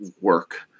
work